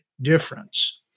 difference